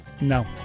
No